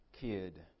kid